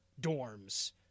dorms